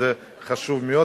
זה קצת קיצוני.